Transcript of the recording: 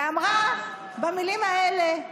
ואמרה, במילים האלה,